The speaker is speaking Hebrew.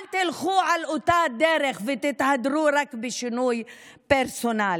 אל תלכו על אותה הדרך ותתהדרו רק בשינוי פרסונלי.